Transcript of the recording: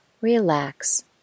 relax